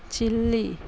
chilli